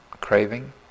craving